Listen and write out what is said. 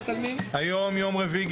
היום יום רביעי,